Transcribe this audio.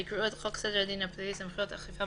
יקראו את חוק סדר הדין הפלילי (סמכויות אכיפה,